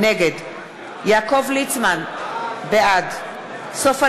נגד יעקב ליצמן, בעד סופה